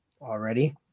already